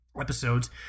episodes